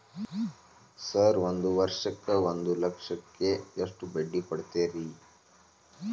Sir ಒಂದು ವರ್ಷಕ್ಕ ಒಂದು ಲಕ್ಷಕ್ಕ ಎಷ್ಟು ಬಡ್ಡಿ ಕೊಡ್ತೇರಿ?